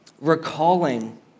recalling